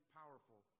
powerful